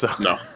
No